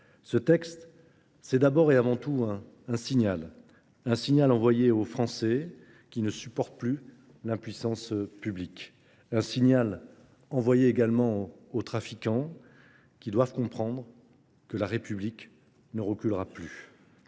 Ce texte, c'est d'abord et avant tout un signal. Un signal envoyé aux Français qui ne supportent plus l'impuissance publique. Un signal envoyé également aux trafiquants qui doivent comprendre que la République ne reculera plus.